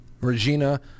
Regina